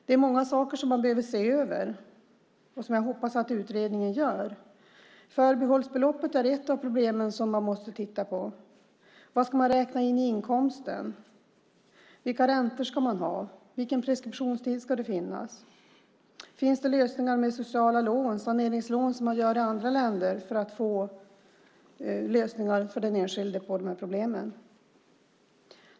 Det är många saker som man behöver se över, och jag hoppas att utredningen gör det. Förbehållsbeloppet är ett av problemen som man måste titta på. Vad ska man räkna in i inkomsten? Vilka räntor ska man ha? Vilken preskriptionstid ska finnas? Finns det lösningar med sociala lån, saneringslån, som finns i andra länder för att lösa den enskildes problem?